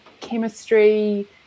chemistry